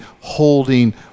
holding